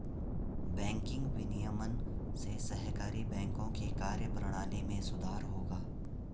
banking विनियमन से सहकारी बैंकों की कार्यप्रणाली में सुधार होगा